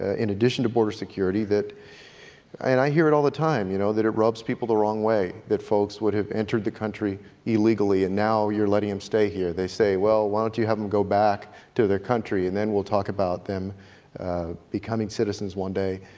ah in addition to border security, that and i hear it all the time, you know, that it rubs people the wrong way, that folks would have entered the country illegally and now you're letting them stay here. they say, well, why don't you have them go back to their country and then we'll talk about them becoming citizens one day.